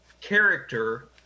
character